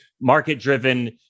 market-driven